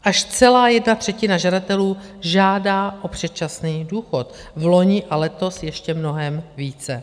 Až celá jedna třetina žadatelů žádá o předčasný důchod, vloni a letos ještě mnohem více.